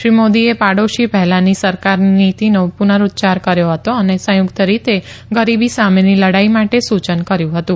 શ્રી મોદીએ પડોશી પહેલાની સરકારની નીતીનો પુનરૂચ્યાર કર્યો હતો અને સંયુકત રીતે ગરીબી સામેની લડાઈ માટે સુચન કર્યુ હતું